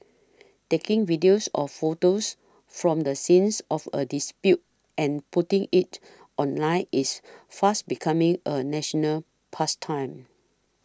taking videos or photos from the scene of a dispute and putting it online is fast becoming a national pastime